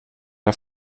der